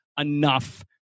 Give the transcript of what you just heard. enough